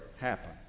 happen